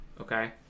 okay